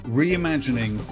reimagining